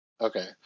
Okay